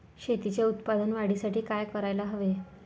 शेतीच्या उत्पादन वाढीसाठी काय करायला हवे?